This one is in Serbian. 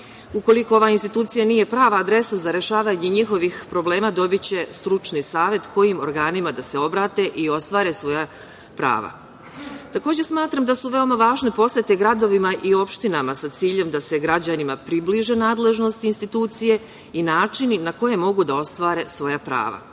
Ukoliko ova institucija nije prava adresa za rešavanje njihovih problema, dobiće stručni savet kojim organima da se obrate i ostvare svoja prava. Takođe smatram da su veoma važne posete gradovima i opštinama, sa ciljem da se građanima približe nadležnosti institucije i načini na koje mogu da ostvare svoja prava. Iz